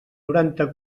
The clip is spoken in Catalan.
noranta